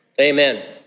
amen